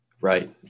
Right